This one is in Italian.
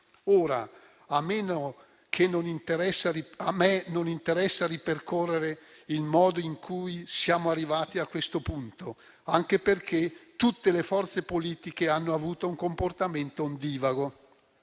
Ora, a me non interessa ripercorrere il modo in cui siamo arrivati a questo punto, anche perché tutte le forze politiche hanno avuto un comportamento ondivago.